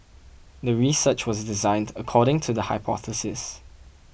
the research was designed according to the hypothesis